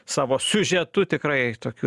savo siužetu tikrai tokių